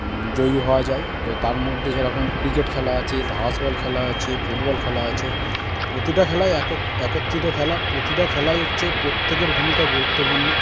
জয়ী হওয়া যায় তো তার মধ্যে সেরকম ক্রিকেট খেলা আছে ধাসবল খেলা আছে ফুটবল খেলা আছে তো প্রতিটা খেলাই একক একত্রিত খেলা প্রতিটা খেলাই হচ্ছে প্রত্যেকের ভূমিকা গুরুত্বপূর্ণ